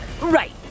Right